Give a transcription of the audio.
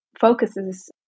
focuses